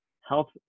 health